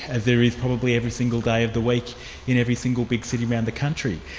as there is probably every single day of the week in every single big city around the country.